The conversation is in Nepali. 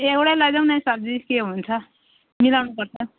एउटै लैजाउँ नै सब्जी के हुन्छ मिलाउनु पर्छ